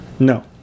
No